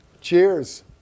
Cheers